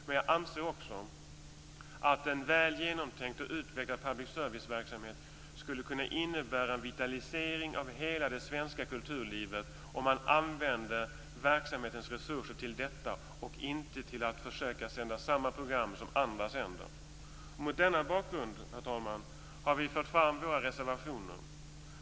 Men jag anser också att en väl genomtänkt och utvecklad public service-verksamhet skulle kunna innebära en vitalisering av hela det svenska kulturlivet om man använde verksamhetens resurser till detta, och inte till att försöka sända samma program som andra sänder. Herr talman! Mot denna bakgrund har vi moderater fört fram våra reservationer.